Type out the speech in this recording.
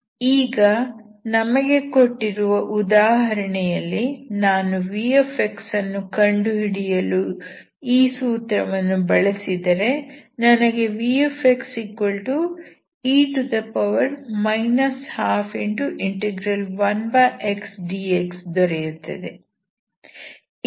ಈಗ ನಮಗೆ ಕೊಟ್ಟಿರುವ ಉದಾಹರಣೆಯಲ್ಲಿ ನಾನು v ಅನ್ನು ಕಂಡುಹಿಡಿಯಲು ಈ ಸೂತ್ರವನ್ನು ಬಳಸಿದರೆ ನನಗೆ vxe 121xdx ದೊರೆಯುತ್ತದೆ